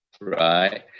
right